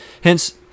Hence